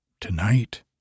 tonight